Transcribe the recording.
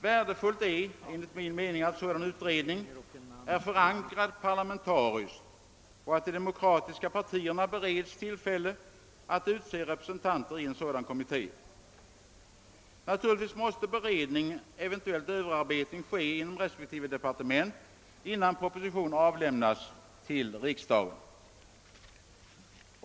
Värdefullt är enligt min mening att en sådan utredning är parlamentariskt förankrad och att de demokratiska partierna bereds tillfälle att utse representanter däri. Naturligtvis måste beredning, eventuellt också överarbetning, göras inom respektive departement innan proposition avlämnas till riksdagen.